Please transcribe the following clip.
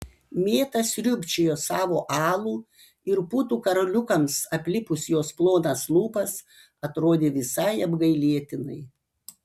mėta sriubčiojo savo alų ir putų karoliukams aplipus jos plonas lūpas atrodė visai apgailėtinai